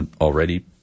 already